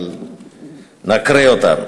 אבל נקרא אותה.